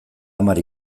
hamar